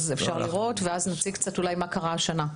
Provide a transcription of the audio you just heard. אז אפשר לראות ואז נציג קצת אולי מה קרה השנה.